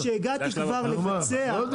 כשהגעתי כבר לבצע --- לא יודע,